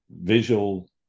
visual